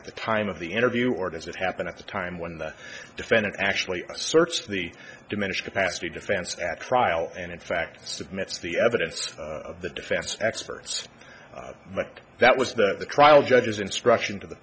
at the time of the interview or does it happen at the time when the defendant actually asserts the diminished capacity defense at trial and in fact submit the evidence to the defense experts that was that the trial judge's instruction to the